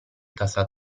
casa